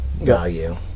value